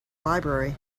library